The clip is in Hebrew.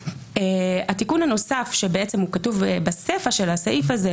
התיקון הנוסף שכתוב בסיפה של הסעיף הזה,